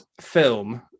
film